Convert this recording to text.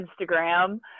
instagram